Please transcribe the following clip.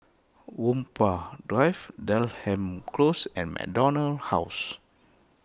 Whampoa Drive Denham Close and MacDonald House